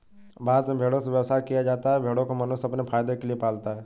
भारत में भेड़ों से व्यवसाय किया जाता है भेड़ों को मनुष्य अपने फायदे के लिए पालता है